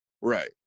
Right